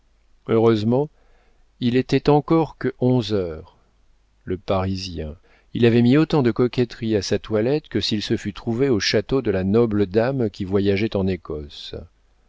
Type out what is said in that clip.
heureusement il n'était encore que onze heures le parisien il avait mis autant de coquetterie à sa toilette que s'il se fût trouvé au château de la noble dame qui voyageait en écosse